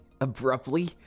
abruptly